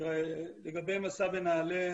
לגבי 'מסע' ונעל"ה,